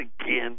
again